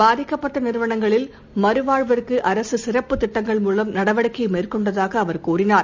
பாதிக்கப்பட்டநிறுவனங்களின் மறுவாழ்வுக்குஅரசுசிறப்புத் திட்டங்கள் மூலம் நடவடிக்கைமேற்கொண்டதாகஅவர் கூறினார்